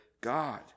God